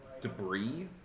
debris